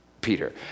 Peter